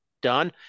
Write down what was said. done